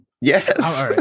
Yes